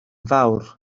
fawr